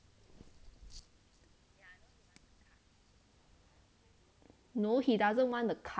no he doesn't want a card